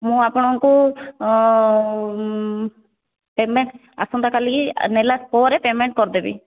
ମୁଁ ଆପଣଙ୍କୁ ପେମେଣ୍ଟ୍ ଆସନ୍ତା କାଲିକି ନେଲା ପରେ ପେମେଣ୍ଟ୍ କରିଦେବି